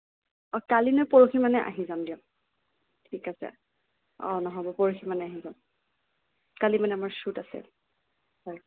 অঁ কালি ন পৰহি মানে আহি যাম দিয়ক ঠিক আছে অঁ নহ'ব পৰহি মানে আহি যাম কালি মানে আমাৰ শ্বুট আছে হয়